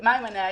מה הם הנהלים.